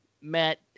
Matt